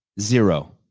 Zero